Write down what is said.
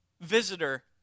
Visitor